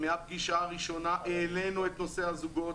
מהפגישה הראשונה העלינו את נושא הזוגות,